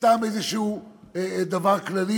סתם איזה דבר כללי